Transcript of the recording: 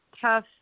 tough